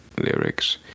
lyrics